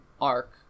arc